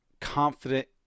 confident